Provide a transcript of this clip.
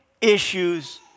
issues